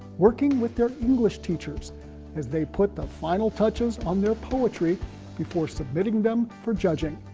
working with their english teachers as they put the final touches on their poetry before submitting them for judging.